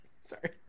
Sorry